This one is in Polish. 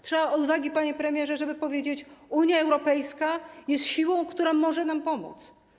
Trzeba odwagi, panie premierze, żeby powiedzieć: Unia Europejska jest siłą, która może nam pomóc.